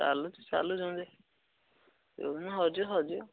ଚାଲୁଚି ଚାଲୁ ଯୋଉଁ ଯାଏଁ ଯୋଉ ଦିନ ହଜିବ ହଜିବ